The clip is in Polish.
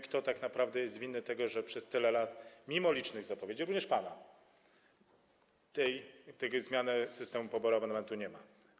Kto tak naprawdę jest winny temu, że przez tyle lat, mimo licznych zapowiedzi, również pana, tej zmiany systemu poboru abonamentowego nie ma?